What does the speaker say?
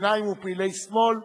פלסטינים ופעילי שמאל.